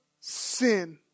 sin